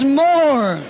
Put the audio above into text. more